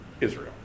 Israel